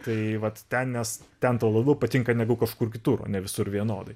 tai vat ten nes ten tau labiau patinka negu kažkur kitur ne visur vienodai